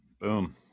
Boom